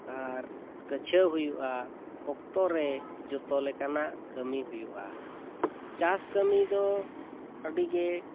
ᱟᱨ ᱠᱟᱹᱪᱷᱟᱹᱣ ᱦᱩᱭᱩᱜᱼᱟ ᱚᱠᱛᱚᱨᱮ ᱡᱚᱛᱚ ᱞᱮᱠᱟᱱᱟᱜ ᱠᱟᱹᱢᱤ ᱦᱩᱭᱩᱜᱼᱟ ᱪᱟᱥ ᱠᱟᱹᱢᱤ ᱫᱚ ᱟᱹᱰᱤᱜᱮ